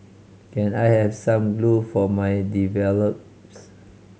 can I have some glue for my develops